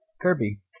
Kirby